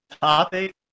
topic